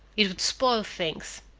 it would spoil things.